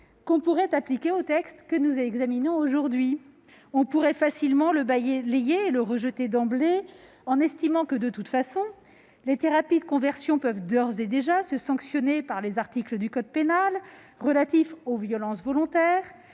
ce raisonnement au texte que nous examinons aujourd'hui. On pourrait facilement le balayer et le rejeter d'emblée, en estimant que, de toute façon, les « thérapies de conversion » peuvent d'ores et déjà être sanctionnées par les articles du code pénal relatifs aux violences volontaires,